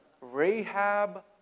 Rahab